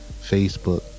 Facebook